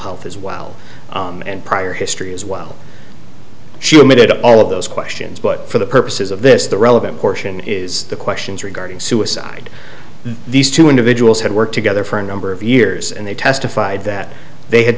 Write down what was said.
health as well and prior history as well she admitted all of those questions but for the purposes of this the relevant portion is the questions regarding suicide these two individuals had worked together for a number of years and they testified that they had